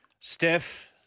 Steph